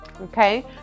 Okay